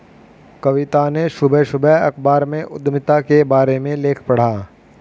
कविता ने सुबह सुबह अखबार में उधमिता के बारे में लेख पढ़ा